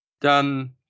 done